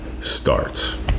starts